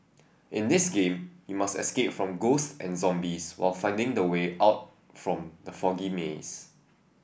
in this game you must escape from ghosts and zombies while finding the way out from the foggy maze